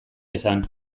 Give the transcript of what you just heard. esan